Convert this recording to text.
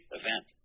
event